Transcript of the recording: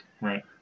Right